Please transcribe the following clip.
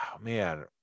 man